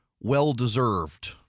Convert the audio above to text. well-deserved